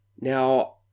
Now